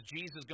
Jesus